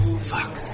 Fuck